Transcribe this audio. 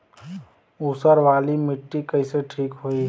ऊसर वाली मिट्टी कईसे ठीक होई?